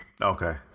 okay